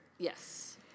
Yes